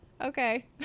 Okay